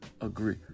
agree